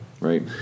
right